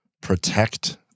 protect